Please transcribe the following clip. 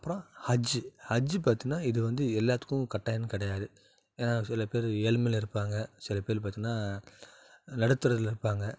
அப்புறோம் ஹஜ் ஹஜ் பார்த்தன்னா இது வந்து எல்லாத்துக்கும் கட்டாயம்ன்னு கிடையாது ஏன்னா சில பேர் ஏழ்மையில் இருப்பாங்க சில பேர் பார்த்தன்னா நடுதெருவில் இருப்பாங்க